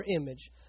image